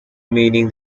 meaning